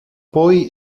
poi